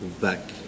back